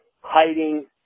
hiding